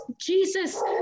Jesus